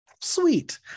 Sweet